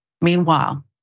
Meanwhile